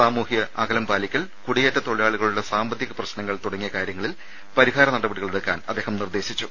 സാമൂഹ്യ അകലം പാലിക്കൽ കുടിയേറ്റ തൊഴിലാളികളുടെ സാമ്പത്തിക പ്രശ്നങ്ങൾ തുടങ്ങിയ കാര്യങ്ങളിൽ പരിഹാര നടപടികളെടുക്കാൻ അദ്ദേഹം നിർദ്ദേശിച്ചു